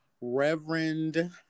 Reverend